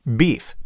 beef